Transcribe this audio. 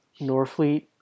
Norfleet